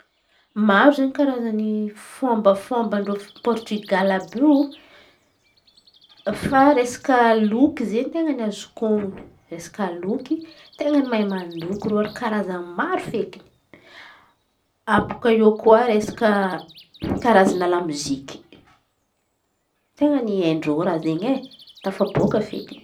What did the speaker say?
Maro izen̈y karaza fombafomban-dreo Portigaly àby io fa resaka loky zay ten̈a azoko ononô resaky loky ten̈a mahay mandoky reo sady ten̈a Karazan̈y maro feky. Abôaka eo koa resaka karaza lamoziky ten̈a miain-dreo raha in̈y e tafabôaka feky.